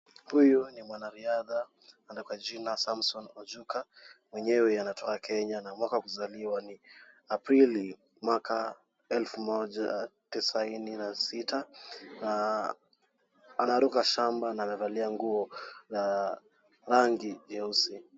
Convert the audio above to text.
Huyu ni mwanariadha kwa jina Samson Ochuka ,mwenyewe anatoka Kenya , na mwaka wa kuzaliwa ni aprili mwaka 1996 anaruka shamba na amevalia nguo la rangi nyeusi.